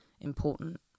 important